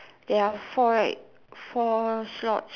there are four right four slots